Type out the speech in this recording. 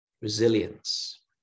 resilience